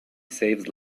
saves